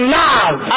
love